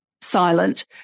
silent